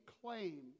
claim